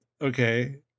Okay